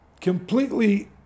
completely